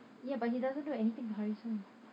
ya but he doesn't know anything